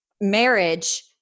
marriage